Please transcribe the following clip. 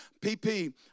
PP